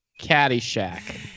Caddyshack